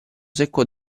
secco